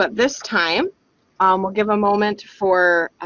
but this time we'll give a moment for